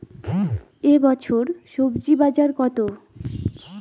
এ বছর স্বজি বাজার কত?